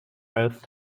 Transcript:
both